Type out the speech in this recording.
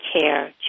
care